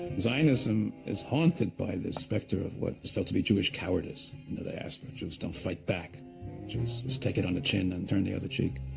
zionism is haunted by this specter of what is felt to be jewish cowardice, and the diaspora jews don't fight back, jews just take it on the chin and turn the other cheek.